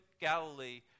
Galilee